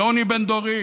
זה עוני בין-דורי: